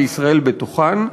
וישראל בתוכן,